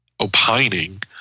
opining